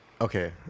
Okay